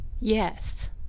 yes